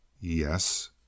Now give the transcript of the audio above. Yes